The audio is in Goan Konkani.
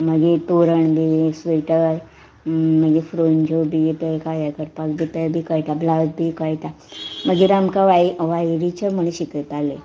मागीर तोरण बी स्वेटर मागीर फ्रोज्यो बी थंय कार्य करपाक बी थंय बी कळटा ब्लावज बी कळटा मागीर आमकां वायलीचे म्हण शिकयताले